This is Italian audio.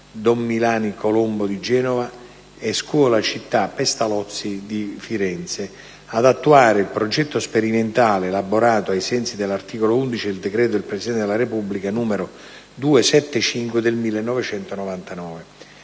"Don Milani-Colombo" di Genova e "Scuola-Città Pestalozzi" di Firenze ad attuare il progetto sperimentale elaborato ai sensi dell'articolo 11 del decreto del Presidente della Repubblica n. 275 del 1999.